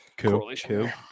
correlation